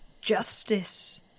justice